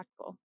impactful